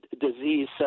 disease